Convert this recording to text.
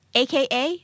aka